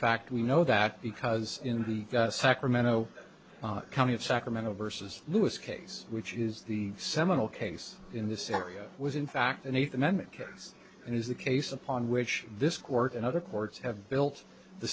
fact we know that because in the sacramento county of sacramento versus lewis case which is the seminal case in this area was in fact an eighth amendment case and is the case upon which this court and other courts have built the